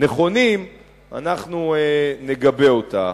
נכונים אנחנו נגבה אותה.